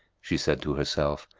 she said to herself,